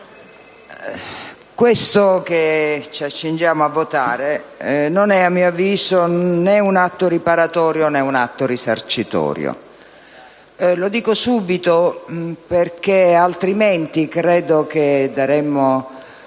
colleghi, questo che ci accingiamo a votare non è, a mio avviso, né un atto riparatorio, né un atto risarcitorio. Lo dico subito, altrimenti credo che daremmo